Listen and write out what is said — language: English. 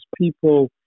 people